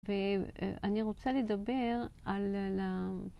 ואני רוצה לדבר על...